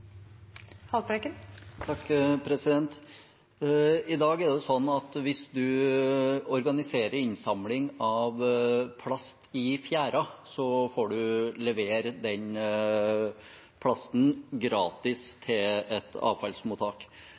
det sånn at hvis man organiserer innsamling av plast i fjæra, får man levere den plasten gratis til et avfallsmottak,